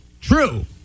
True